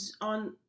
on